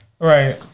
Right